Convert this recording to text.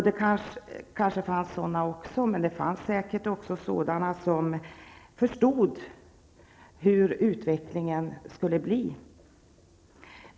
Det kanske fanns sådana också, men där fanns även de som förstod hur utvecklingen skulle bli.